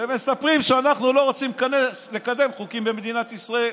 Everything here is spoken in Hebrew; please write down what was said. ומספרים שאנחנו לא רוצים לקדם חוקים במדינת ישראל.